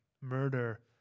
murder